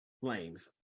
Flames